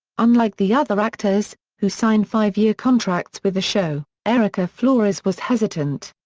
unlike the other actors, who signed five year contracts with the show, erika flores was hesitant.